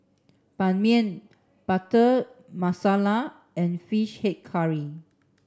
Ban Mian Butter Masala and Fish Head Curry